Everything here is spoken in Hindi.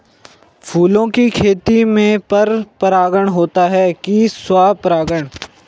फूलों की खेती में पर परागण होता है कि स्वपरागण?